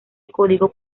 código